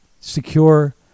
secure